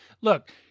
look